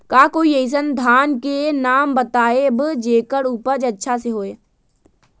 का कोई अइसन धान के नाम बताएब जेकर उपज अच्छा से होय?